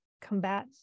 combat